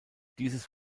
dieses